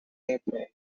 april